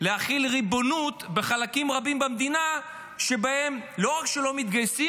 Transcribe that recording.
להחיל ריבונות בחלקים רבים במדינה שבהם לא רק שלא מתגייסים,